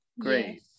Great